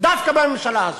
דווקא בממשלה הזאת.